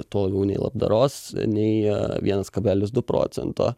tuo labiau nei labdaros nei vienas kablelis du procento